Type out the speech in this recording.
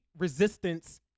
Resistance